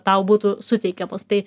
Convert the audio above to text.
tau būtų suteikiamos tai